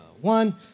One